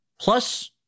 plus